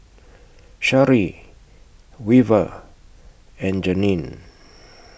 Shari Weaver and Janene